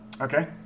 Okay